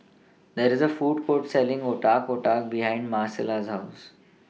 There IS A Food Court Selling Otak Otak behind Marcella's House